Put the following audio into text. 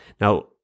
Now